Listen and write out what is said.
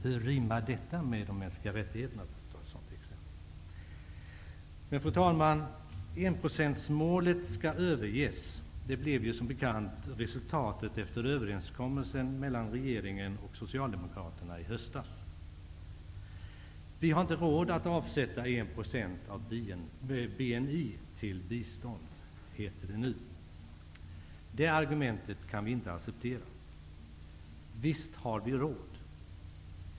Hur rimmar detta med talet om mänskliga rättigheter? Fru talman! Enprocentsmålet skall överges. Det blev som bekant resultatet av överenskommelsen mellan regeringen och Socialdemokraterna i höstas. Vi har inte råd att avsätta 1 % av BNI till bistånd, heter det nu. Det argumentet kan vi inte acceptera. Visst har vi råd.